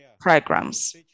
programs